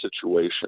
situation